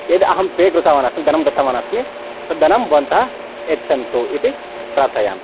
यद् अहं पे कृतवान् आसं धनं दत्तवान् अस्मि तद् धनं भवन्तः यच्छन्तु इति प्रार्थयामि